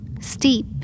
Steep